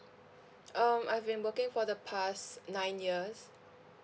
um I've been working for the past nine years